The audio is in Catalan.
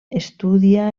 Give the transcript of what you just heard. estudia